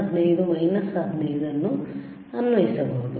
15 15 ಅನ್ನು ಅನ್ವಯಿಸಬಹುದು